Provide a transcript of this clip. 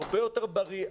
הרבה יותר בריא,